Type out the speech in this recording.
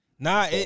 Nah